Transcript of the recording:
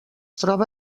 troba